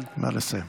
אבל את לא נותנת לו.